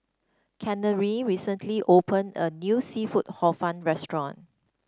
Chanelle recently opened a new seafood Hor Fun restaurant